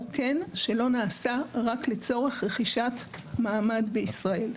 כן שלא נעשה רק לצורך רכישת מעמד בישראל.